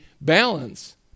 balance